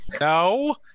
no